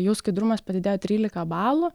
jų skaidrumas padidėjo trylika balų